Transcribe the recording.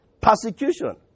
persecution